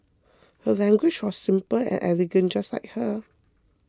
her language was simple and elegant just like her